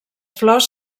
flors